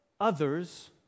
others